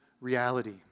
reality